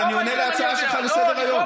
אבל אני עונה להצעה שלך לסדר-היום.